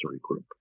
Group